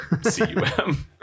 C-U-M